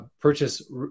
purchase